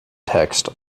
text